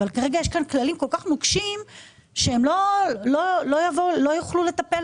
אבל כרגע יש כאן כללים כל כך נוקשים שהן לא יוכלו לטפל